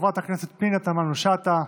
חברת הכנסת פנינה תמנו שטה,